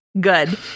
Good